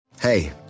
Hey